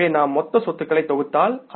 எனவேநாம் மொத்த சொத்துக்களை தொகுத்தால்